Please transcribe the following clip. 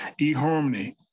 eHarmony